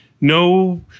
No